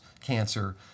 cancer